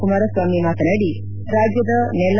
ಕುಮಾರಸ್ವಾಮಿ ಮಾತನಾಡಿ ರಾಜ್ಯದ ನೆಲ